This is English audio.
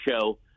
show